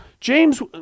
James